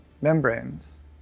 membranes